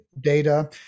data